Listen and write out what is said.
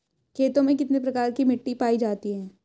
खेतों में कितने प्रकार की मिटी पायी जाती हैं?